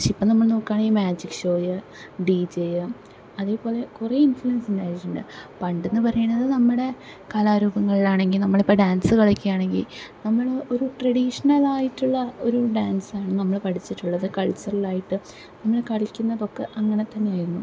പക്ഷേ ഇപ്പം നമ്മൾ നോക്കാണെങ്കിൽ മാജിക് ഷോയ്യ് ഡീ ജേയ്യ് അതേപോലെ കുറെ ഇൻഫ്ലുവൻസ്സുണ്ടായിട്ടുണ്ട് പണ്ടെന്ന് പറയണത് നമ്മുടെ കലാരൂപങ്ങളിലാണെങ്കിൽ നമ്മളിപ്പം ഡാൻസ്സ് കളിയ്ക്കാണെങ്കിൽ നമ്മൾ ഒരു ട്രെഡീഷണലായിട്ടുള്ള ഒരു ഡാൻസ്സാണ് നമ്മൾ പഠിച്ചിട്ടുള്ളത് കൾച്ചർലായിട്ട് നമ്മൾ കളിക്കുന്നതൊക്കെ അങ്ങനെ തന്നെ ആയിരുന്നു